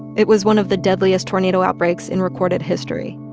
it was one of the deadliest tornado outbreaks in recorded history.